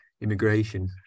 immigration